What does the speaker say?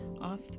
off